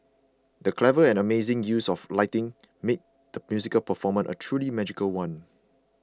the clever and amazing use of lighting made the musical performance a truly magical one